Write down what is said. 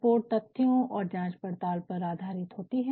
report तथ्यों और जांच पड़ताल पर आधारित होती है